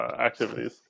activities